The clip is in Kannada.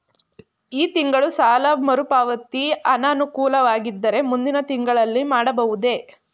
ಈ ತಿಂಗಳು ಸಾಲ ಮರುಪಾವತಿ ಅನಾನುಕೂಲವಾಗಿದ್ದರೆ ಮುಂದಿನ ತಿಂಗಳಲ್ಲಿ ಮಾಡಬಹುದೇ?